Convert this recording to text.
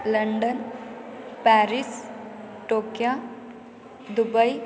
London Paris Tokyo Dubai